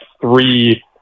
three